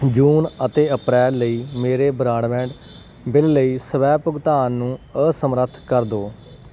ਜੂਨ ਅਤੇ ਅਪ੍ਰੈਲ ਲਈ ਮੇਰੇ ਬਰਾਡਬੈਂਡ ਬਿੱਲ ਲਈ ਸਵੈਭੁਗਤਾਨ ਨੂੰ ਅਸਮਰੱਥ ਕਰ ਦੋ